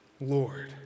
Lord